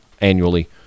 annually